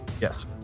Yes